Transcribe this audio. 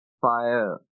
fire